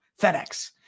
FedEx